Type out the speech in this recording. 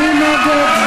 מי נגד?